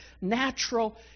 natural